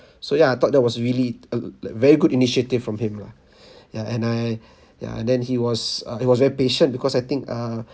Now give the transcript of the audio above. so ya I thought that was really a like very good initiative from him lah ya and I ya and then he was uh he was very patient because I think err